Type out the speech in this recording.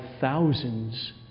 thousands